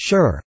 Sure